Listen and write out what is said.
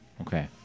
Okay